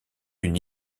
une